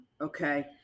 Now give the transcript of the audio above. okay